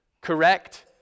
correct